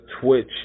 Twitch